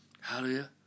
Hallelujah